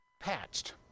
patched